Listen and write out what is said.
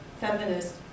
feminist